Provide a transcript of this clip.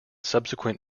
subsequent